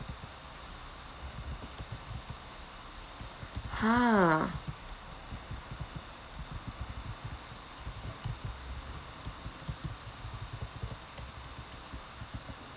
!huh!